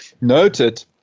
noted